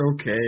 okay